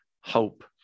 hope